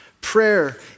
Prayer